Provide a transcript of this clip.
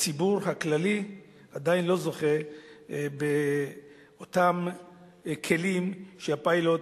הציבור הכללי עדיין לא זוכה באותם כלים שהפיילוט,